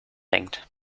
denkt